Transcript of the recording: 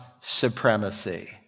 supremacy